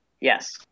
Yes